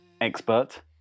expert